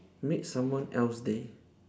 made someone else day